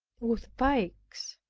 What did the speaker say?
with pikes,